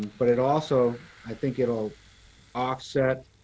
but it also, i think it'll offset